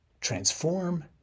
transform